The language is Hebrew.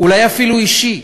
אולי אפילו אישי,